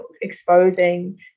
exposing